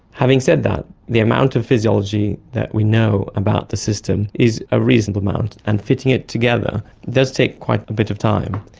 having said that, the amount of physiology that we know about the system is a reasonable amount. and fitting it together does take quite a bit of time.